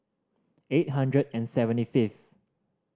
eight hundred and seventy fifth